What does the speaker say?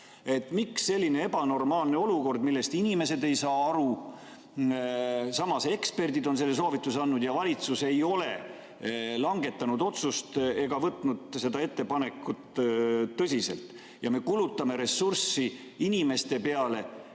Miks on selline ebanormaalne olukord, millest inimesed ei saa aru? Samas, eksperdid on selle soovituse andnud, aga valitsus ei ole langetanud otsust ega võtnud seda ettepanekut tõsiselt. Me kulutame ressurssi inimeste peale,